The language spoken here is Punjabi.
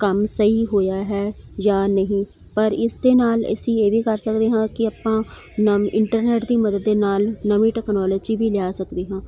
ਕੰਮ ਸਹੀ ਹੋਇਆ ਹੈ ਜਾਂ ਨਹੀਂ ਪਰ ਇਸ ਦੇ ਨਾਲ ਅਸੀਂ ਇਹ ਵੀ ਕਰ ਸਕਦੇ ਹਾਂ ਕਿ ਆਪਾਂ ਨਮ ਇੰਟਰਨੈੱਟ ਦੀ ਮਦਦ ਦੇ ਨਾਲ ਨਵੀਂ ਟੈਕਨੋਲਜੀ ਵੀ ਲਿਆ ਸਕਦੇ ਹਾਂ